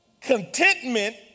Contentment